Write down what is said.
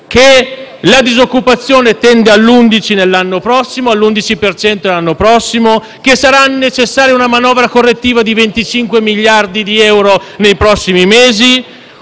che la disoccupazione tenderà all'11 per cento nell'anno prossimo, che sarà necessaria una manovra correttiva di 25 miliardi di euro nei prossimi mesi,